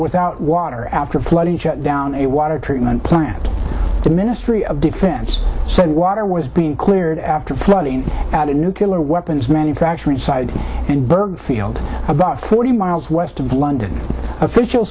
without water after flooding shut down a water treatment plant the ministry of defense said water was being cleared after flooding out of nucular weapons manufacturing side and burke field about forty miles west of london official